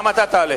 גם אתה תעלה.